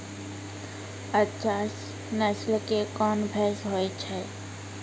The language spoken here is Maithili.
अच्छा नस्ल के कोन भैंस होय छै?